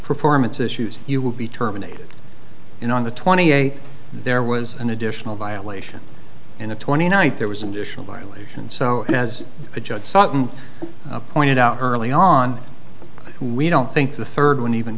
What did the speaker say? performance issues you will be terminated and on the twenty eight there was an additional violation in the twenty ninth there was an additional violation so as a judge sutton pointed out early on we don't think the third one even